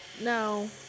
No